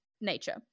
nature